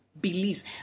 beliefs